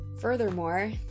Furthermore